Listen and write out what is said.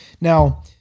Now